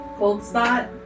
Coldspot